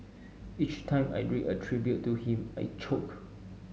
each time I read a tribute to him I choke